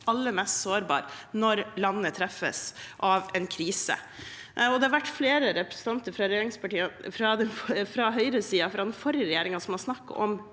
aller mest sårbare når landet treffes av en krise. Det har vært flere representanter fra høyresiden, fra den forrige regjeringen, som har snakket om